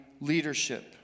leadership